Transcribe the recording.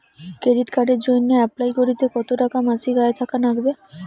Credit কার্ডের জইন্যে apply করিতে কতো টাকা মাসিক আয় থাকা নাগবে?